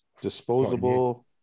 Disposable